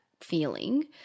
feeling